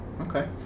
Okay